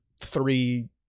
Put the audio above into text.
three